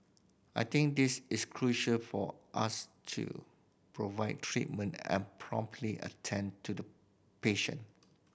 I think this is crucial for us to provide treatment and promptly attend to the patient